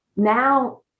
Now